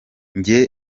njye